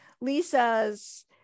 Lisa's